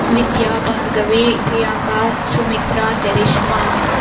Vidya Bhargavi Priyanka Sumitra Terishma